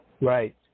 Right